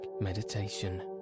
meditation